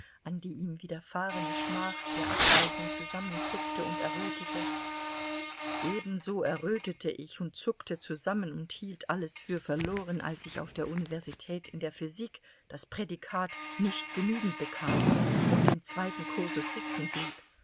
an die ihm widerfahrene schmach der abweisung zusammenzuckte und errötete ebenso errötete ich und zuckte zusammen und hielt alles für verloren als ich auf der universität in der physik das prädikat nicht genügend bekam und im zweiten kursus